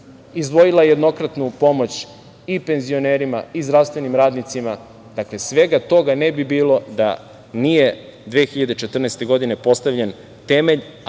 izdvojila jednokratnu pomoć i penzionerima i zdravstvenim radnicima? Dakle, svega toga ne bi bilo da nije 2014. godine postavljen temelj,